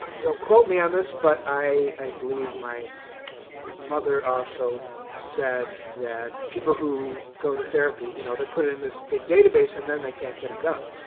don't quote me on this, but i believe my mother also said that people who go to therapy, you know, they're put in this big database, and then they can't get a gun.